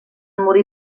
morir